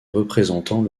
représentants